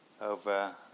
over